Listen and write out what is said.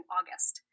August